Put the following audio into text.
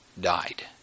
died